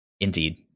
Indeed